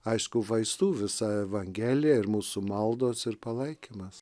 aišku vaistų visa evangelija ir mūsų maldos ir palaikymas